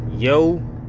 Yo